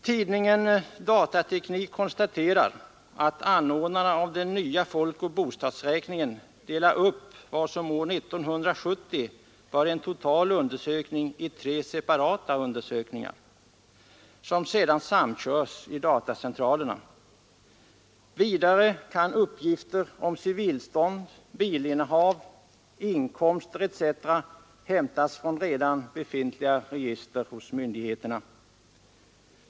Tidningen Datateknik konstaterar att anordnarna av den nya folkoch bostadsräkningen delar upp vad som år 1970 var en total undersökning i tre separata undersökningar, som sedan samkörs i datacentralerna. Vidare kan uppgifter om civilstånd, bilinnehav, inkomster etc. hämtas från redan befintliga register hos myndigheterna.